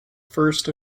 first